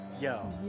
Yo